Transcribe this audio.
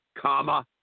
comma